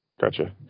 Gotcha